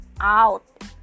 out